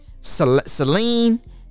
Celine